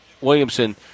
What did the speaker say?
Williamson